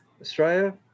Australia